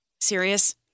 Serious